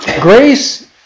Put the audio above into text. Grace